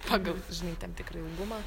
pagal žinai ten tikrą ilgumą